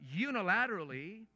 unilaterally